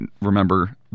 remember